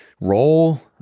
role